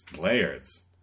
Layers